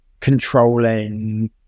controlling